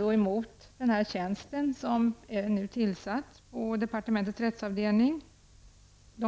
Innehavaren av den tjänst som nu har tillsatts på departementets rättsavdelning